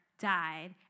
died